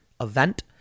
event